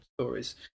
stories